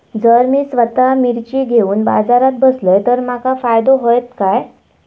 जर मी स्वतः मिर्ची घेवून बाजारात बसलय तर माका फायदो होयत काय?